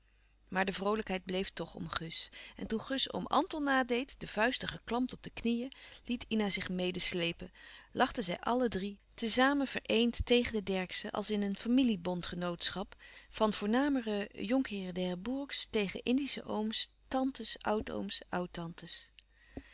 maar de vroolijkheid bleef toch om gus en toen gus oom anton nadeed de vuisten geklampt op de knieën liet ina zich medesleepen lachten zij allen drie te zamen vereend tegen de derckszen als in een familie bondgenootschap van voornamere jhr d'herbourgs tegen indische ooms tantes oudooms